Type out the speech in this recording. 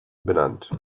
benannt